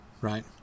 right